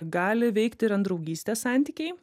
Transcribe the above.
gali veikti ir ant draugystės santykiai